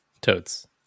Toads